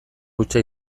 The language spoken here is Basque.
hutsa